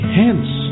hence